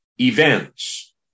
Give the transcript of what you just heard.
events